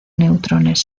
neutrones